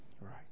Right